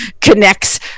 connects